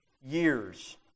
years